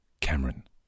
Cameron